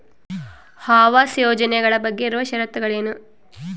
ಆವಾಸ್ ಯೋಜನೆ ಬಗ್ಗೆ ಇರುವ ಶರತ್ತುಗಳು ಏನು?